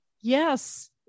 yes